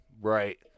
right